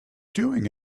doing